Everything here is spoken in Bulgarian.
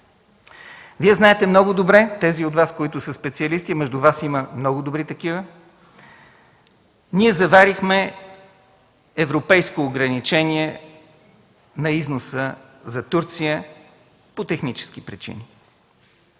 Вие знаете много добре – тези от Вас, които са специалисти, между Вас има много добри такива, ние заварихме европейско ограничение на износа за Турция по технически причини.